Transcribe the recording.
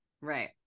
Right